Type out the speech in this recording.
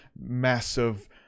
massive